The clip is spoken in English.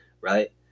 right